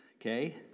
Okay